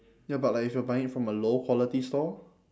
ya but like if you are buying it from a low quality store